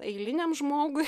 eiliniam žmogui